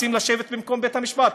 רוצים לשבת במקום בית-המשפט.